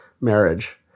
marriage